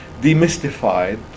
demystified